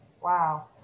wow